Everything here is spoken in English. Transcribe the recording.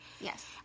Yes